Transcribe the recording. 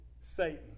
Satan